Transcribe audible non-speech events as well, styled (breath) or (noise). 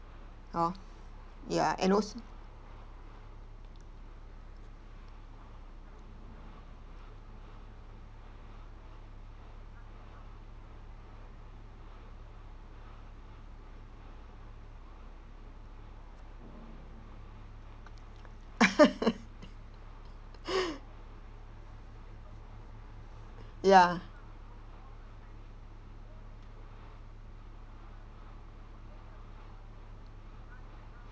hor ya and also (laughs) (breath) ya